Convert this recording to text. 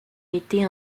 été